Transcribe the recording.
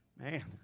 Man